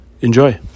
Enjoy